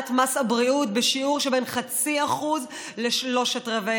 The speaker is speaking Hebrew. מס הבריאות בשיעור שבין 0.5% ל-0.75%.